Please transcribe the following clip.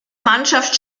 mannschaft